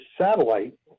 satellite